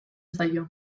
zaio